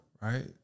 right